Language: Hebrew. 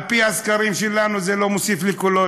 על פי הסקרים שלנו זה לא מוסיף לי קולות,